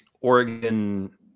Oregon